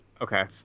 okay